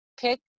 Pick